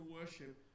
worship